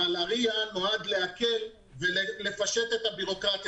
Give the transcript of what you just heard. אבל ה-RIA נועד להקל ולפשט את הביורוקרטיה